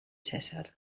cèsar